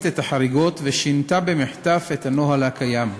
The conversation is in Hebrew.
את החריגות ושינתה במחטף את הנוהל הקיים.